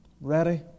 ready